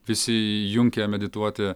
visi įjunkę medituoti